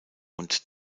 und